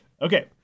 Okay